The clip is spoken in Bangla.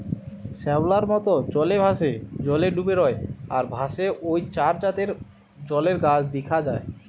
শ্যাওলার মত, জলে ভাসে, জলে ডুবি রয় আর ভাসে ঔ চার জাতের জলের গাছ দিখা যায়